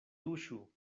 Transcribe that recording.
tuŝu